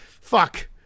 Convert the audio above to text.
fuck